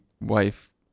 wife